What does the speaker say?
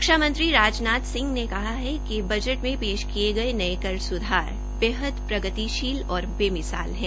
रक्षा मंत्री राजनाथ सिंह ने कहा है कि बजट में पेश किए गए नये कर सुधार बेहद प्रगतिशील और बेमिसाल हैं